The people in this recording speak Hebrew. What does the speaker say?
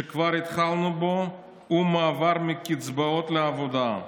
שכבר התחלנו בו, הוא המעבר מקצבאות לעבודה.